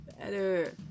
better